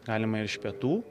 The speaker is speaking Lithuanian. galima ir iš pietų